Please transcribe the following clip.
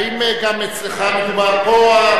האם גם אצלך מדובר,